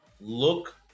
look